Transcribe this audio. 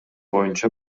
боюнча